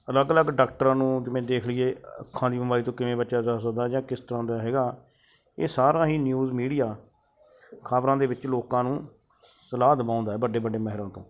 ਅਲੱਗ ਅਲੱਗ ਡਾਕਟਰਾਂ ਨੂੰ ਜਿਵੇਂ ਦੇਖ ਲਈਏ ਅੱਖਾਂ ਦੀ ਬਿਮਾਰੀ ਤੋਂ ਕਿਵੇਂ ਬਚਿਆ ਜਾ ਸਕਦਾ ਜਾਂ ਕਿਸ ਤਰ੍ਹਾਂ ਦਾ ਹੈਗਾ ਇਹ ਸਾਰਾ ਹੀ ਨਿਊਜ਼ ਮੀਡੀਆ ਖ਼ਬਰਾਂ ਦੇ ਵਿੱਚ ਲੋਕਾਂ ਨੂੰ ਸਲਾਹ ਦਵਾਉਂਦਾ ਵੱਡੇ ਵੱਡੇ ਮਾਹਿਰਾਂ ਤੋਂ